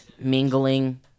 mingling